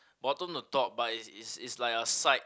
bottom to top but it's it's it's like a side